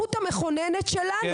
בסמכות המכוננת שלנו,